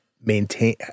maintain